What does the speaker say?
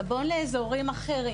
סבון לאזורים אחרים